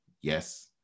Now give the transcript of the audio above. Yes